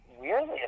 weirdly